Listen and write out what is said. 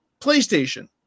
PlayStation